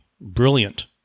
brilliant